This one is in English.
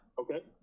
Okay